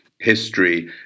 history